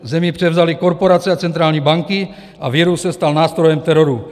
Země převzaly korporace a centrální banky a virus se stal nástrojem teroru.